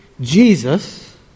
Jesus